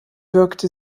wirkte